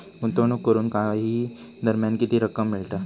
गुंतवणूक करून काही दरम्यान किती रक्कम मिळता?